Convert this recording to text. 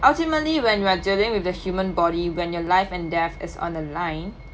ultimately when we're dealing with the human body when your life and death is on the line